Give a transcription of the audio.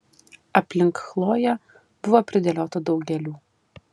aplink chloję buvo pridėliota daug gėlių